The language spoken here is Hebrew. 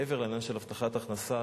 מעבר לעניין של הבטחת הכנסה,